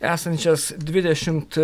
esančias dvidešimt